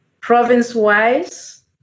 Province-wise